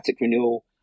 Renewal